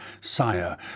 Sire